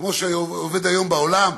כמו שעובד היום בעולם,